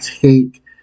take